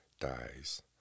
Dies